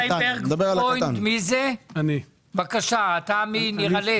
חיים ברגפרוינד, בבקשה, נירלט.